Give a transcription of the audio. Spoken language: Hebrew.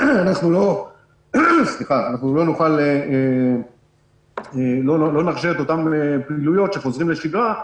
אנחנו לא נוכל נרשה את אותן פעילויות שחוזרים לשגרה.